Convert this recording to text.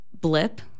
blip